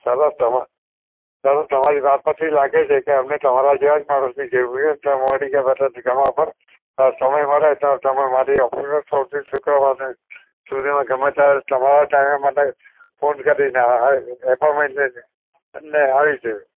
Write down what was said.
સરસ તમે ચલો તમારી વાત પરથી લાગે છે કે અમે તમારા જેવા માણસની જરૂર છે તમારામાંથી જે બધા સમય મળે તો તમે મારી ઓફિસ ઉપર સોમથી શુક્રવાર સુધીમાં ગમે ત્યારે તમારા ટાઈમે મને ફોન કરીને આપોઇન્ટમેન્ટ લઈને આવી જજો